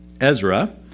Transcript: Ezra